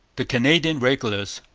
the canadian regulars.